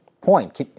point